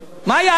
מה יאללה?